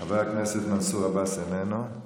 חבר הכנסת מנסור עבאס, איננו,